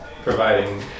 providing